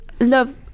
love